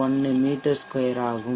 1 மீ 2 ஆகும்